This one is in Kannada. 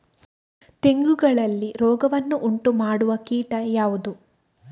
ತೆಂಗುಗಳಲ್ಲಿ ರೋಗವನ್ನು ಉಂಟುಮಾಡುವ ಕೀಟ ಯಾವುದು?